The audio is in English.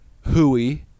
hooey